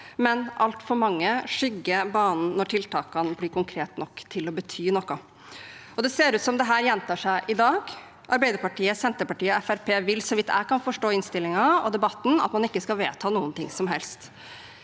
men altfor mange skygger banen når tiltakene blir konkrete nok til å bety noe. Det ser ut som om dette gjentar seg i dag. Arbeiderpartiet, Senterpartiet og Fremskrittspartiet vil, så vidt jeg kan forstå innstillingen og debatten, at man ikke skal vedta noe som helst.